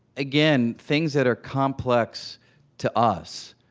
again, things that are complex to us,